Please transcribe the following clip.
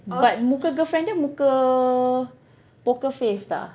but muka girlfriend dia muka poker face tak is it she can ah